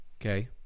okay